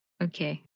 okay